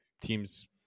teams